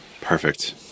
Perfect